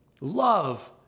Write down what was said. Love